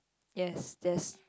yes yes